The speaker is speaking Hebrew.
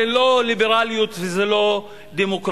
זה לא ליברליות וזה לא דמוקרטיה.